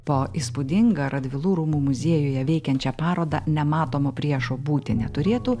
po įspūdingą radvilų rūmų muziejuje veikiančią parodą nematomo priešo būti neturėtų